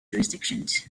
jurisdictions